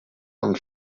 amb